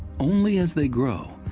only as they grow,